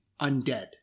undead